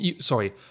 Sorry